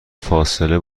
فاصله